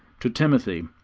to timothy,